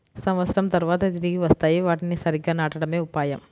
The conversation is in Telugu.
సంవత్సరం తర్వాత తిరిగి వస్తాయి, వాటిని సరిగ్గా నాటడమే ఉపాయం